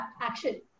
action